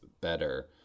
better